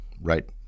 Right